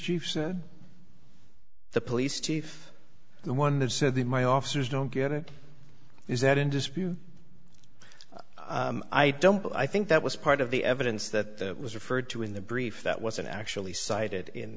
chief said the police chief the one who said the my officers don't get it is that in dispute i don't but i think that was part of the evidence that was referred to in the brief that wasn't actually cited in